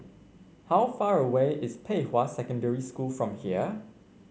how far away is Pei Hwa Secondary School from here